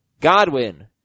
Godwin